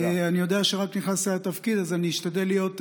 אני יודע שרק נכנסת לתפקיד,